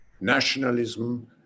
nationalism